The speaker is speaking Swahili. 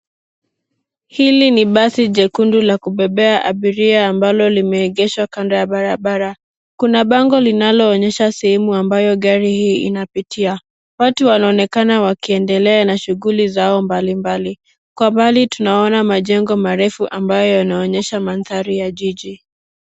Hili ni basi jekundu la kubebea abiria ambalo limeegeshwa kando ya barabara. Kuna bango linaloonyesha sehemu ambayo gari hii inapitia. Watu wanaonekana wakiendelea na shuguli zao mbalimbali. Kwa mbali tunaona majengo marefu ambayo yanaonyesha mandhari ya jiji.